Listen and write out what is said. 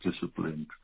disciplined